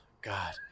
God